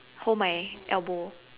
hold my elbow